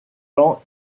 temps